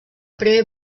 primer